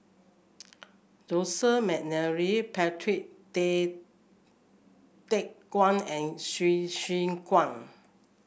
Joseph McNally Patrick Tay Teck Guan and Hsu Tse Kwang